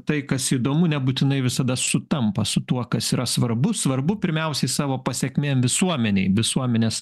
tai kas įdomu nebūtinai visada sutampa su tuo kas yra svarbu svarbu pirmiausia savo pasekmėm visuomenei visuomenės